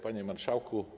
Panie Marszałku!